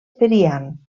periant